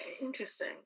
interesting